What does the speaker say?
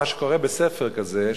מה שקורה בספר כזה,